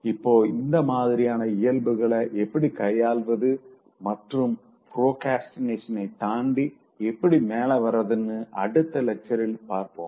இப்போ இந்த மாதிரியான இயல்புகள எப்படி கையாளுவது மற்றும் ப்ரோக்ரஸ்டினேஷன தாண்டி எப்படி மேல வராதுன்னு அடுத்த லெக்சரில் பார்ப்போம்